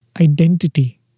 identity